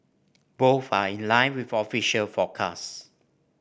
both are in line with official forecasts